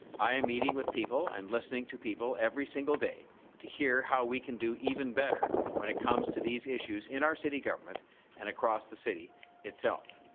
i am meeting with people and listening to people every single day to hear how we can do even better when it comes to these issues in our city government and across the city itself.